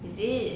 is it